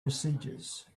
procedures